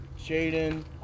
Jaden